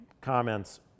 Comments